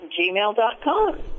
gmail.com